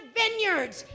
vineyards